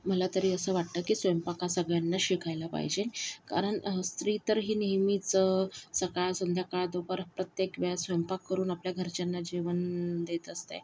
मला तरी असं वाटतं की स्वयंपाक हा सगळ्यांनाच शिकायला पाहिजे कारण स्त्री तर ही नेहमीच सकाळ संध्यकाळ दुपार प्रत्येक वेळेस स्वयंपाक करून आपल्या घरच्यांना जेवण देत असते